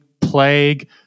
plague